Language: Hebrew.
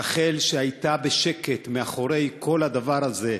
רח"ל הייתה בשקט מאחורי הדבר הזה,